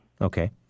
Okay